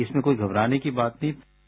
इसमें कोई घबराने की बात नहीं है